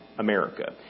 America